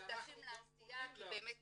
ולשותפים לעשייה כי באמת